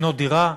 לקנות דירה,